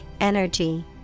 energy